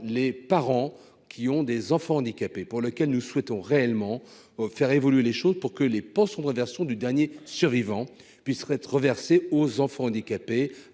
les parents qui ont des enfants handicapés, pour lequel nous souhaitons réellement faire évoluer les choses pour que les pensions de réversion du dernier survivant puis serait reversée aux enfants handicapés